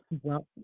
Welcome